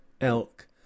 elk